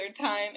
time